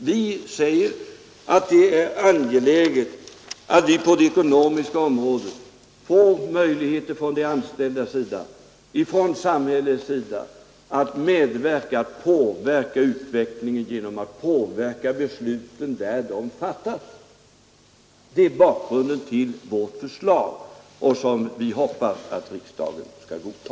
Vi säger att det är angeläget att på det ekonomiska området bereda möjligheter för de anställda och för samhället att påverka utvecklingen genom att påverka besluten där de fattas. Det är bakgrunden till vårt förslag, som vi hoppas att riksdagen skall godta.